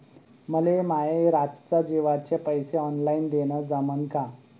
मले माये रातच्या जेवाचे पैसे ऑनलाईन देणं जमन का?